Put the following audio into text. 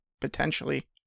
potentially